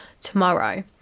tomorrow